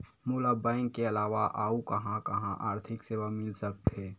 मोला बैंक के अलावा आऊ कहां कहा आर्थिक सेवा मिल सकथे?